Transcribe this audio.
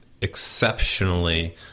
exceptionally